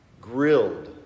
grilled